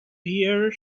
hear